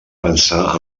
pensar